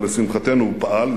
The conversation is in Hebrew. ולשמחתנו הוא פעל,